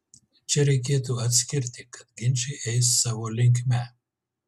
čia reikėtų atskirti kad ginčai eis savo linkme